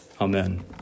Amen